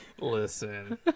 Listen